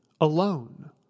alone